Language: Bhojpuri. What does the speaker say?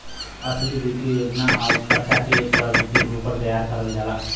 असली वित्तीय योजना आउर खर्चा के प्रतिरूपण तैयार करल जाला